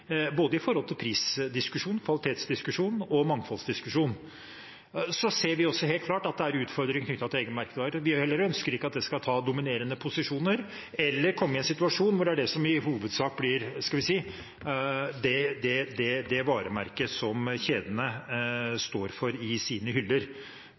prisdiskusjon, kvalitetsdiskusjon og mangfolddiskusjon. Så ser vi helt klart at det er utfordringer knyttet til egne merkevarer. Heller ikke vi ønsker at det skal ta dominerende posisjoner, eller at vi kommer i en situasjon hvor det er det som i hovedsak blir